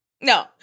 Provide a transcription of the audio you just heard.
No